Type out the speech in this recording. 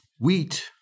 wheat